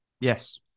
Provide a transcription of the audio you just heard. Yes